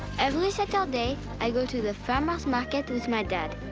every saturday, i go to the farmers' market with my dad.